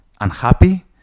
unhappy